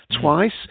twice